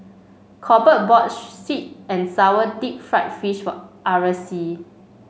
Corbett bought sweet and sour Deep Fried Fish for Aracely